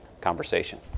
conversation